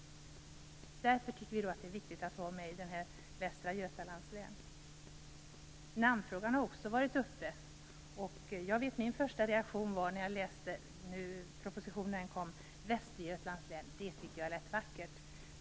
Därför tycker vi att det är viktigt att vara med i Västra Götalands län. Namnfrågan har också varit uppe. När jag läste propositionen då den kom var min första reaktion att namnet Västergötlands län lät vackert.